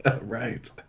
Right